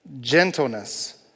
gentleness